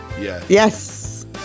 Yes